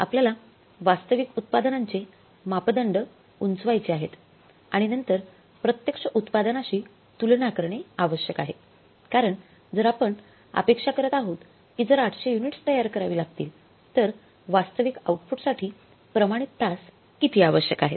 आपल्याला वास्तविक उत्पादनांचे मापदंड उंचावायचे आहेत आणि नंतर प्रत्यक्ष उत्पादनाशी तुलना करणे आवश्यक आहे कारण जर आपण अपेक्षा करत आहोत की जर 800 युनिट्स तयार करावी लागतील तर वास्तविक आउटपुटसाठी प्रमाणित तास किती आवश्यक आहेत